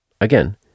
Again